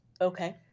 Okay